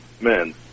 men